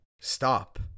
stop